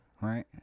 Right